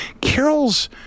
Carol's